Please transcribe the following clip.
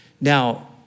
Now